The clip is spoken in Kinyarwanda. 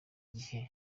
gihe